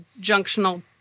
junctional